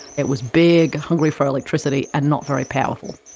it was big, hungry for electricity and not very powerful. i